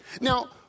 Now